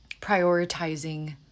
prioritizing